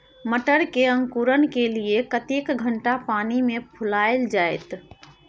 मटर के अंकुरण के लिए कतेक घंटा पानी मे फुलाईल जाय?